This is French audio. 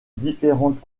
différentes